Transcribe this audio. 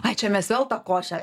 ai čia mes vėl tą košę